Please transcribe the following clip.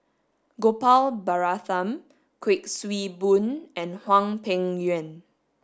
Gopal Baratham Kuik Swee Boon and Hwang Peng Yuan